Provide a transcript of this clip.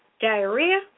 diarrhea